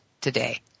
today